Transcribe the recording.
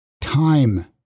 time